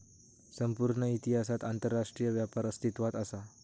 संपूर्ण इतिहासात आंतरराष्ट्रीय व्यापार अस्तित्वात असा